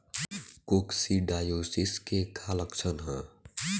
Coccidiosis के लक्षण का ह?